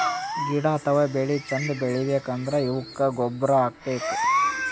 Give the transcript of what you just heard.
ಗಿಡ ಅಥವಾ ಬೆಳಿ ಚಂದ್ ಬೆಳಿಬೇಕ್ ಅಂದ್ರ ಅವುಕ್ಕ್ ಗೊಬ್ಬುರ್ ಹಾಕ್ಬೇಕ್